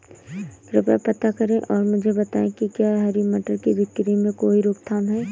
कृपया पता करें और मुझे बताएं कि क्या हरी मटर की बिक्री में कोई रोकथाम है?